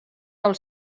del